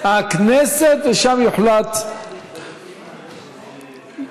ובאמצעות מונית השירות אנחנו יכולים להתחיל לפתח ביקושים